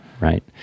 right